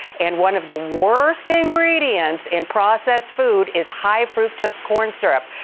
and one of the worst ingredients in processed food is high fructose corn syrup.